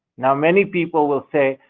now many people will say,